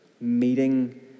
meeting